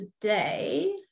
today